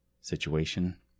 situation